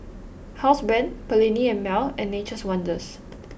Housebrand Perllini and Mel and Nature's Wonders